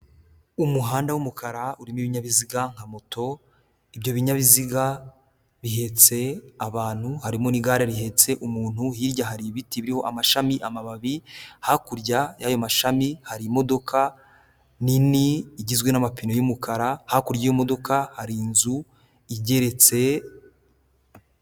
Umuhanda w'umukara urimo ibinyabiziga nka moto, ibyo binyabiziga bihetse abantu, harimo n'igare rihetse umuntu hirya hari ibiti biriho amashami, amababi hakurya y'ayo mashami hari imodoka nini igizwe n'amapine y'umukara hakurya y'iyo modoka hari inzu igeretse.